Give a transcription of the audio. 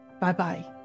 Bye-bye